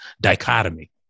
dichotomy